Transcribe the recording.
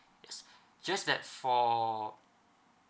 yes just that for